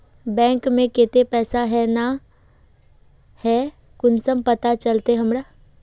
Bank में केते पैसा है ना है कुंसम पता चलते हमरा?